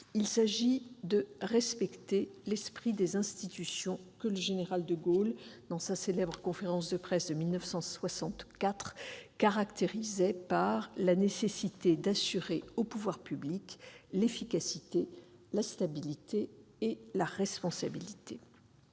Il s'agit de respecter l'esprit des institutions, que le général de Gaulle, dans une célèbre conférence de presse de 1964, caractérisait par « la nécessité d'assurer aux pouvoirs publics l'efficacité, la stabilité et la responsabilité